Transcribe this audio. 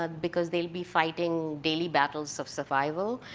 ah because they'll be fighting daily battles of survival.